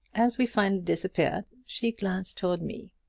as we finally disappeared she glanced toward me.